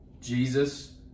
Jesus